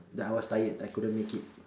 that I was tired I couldn't make it